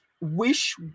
wish